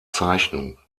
zeichnung